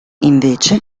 invece